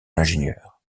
l’ingénieur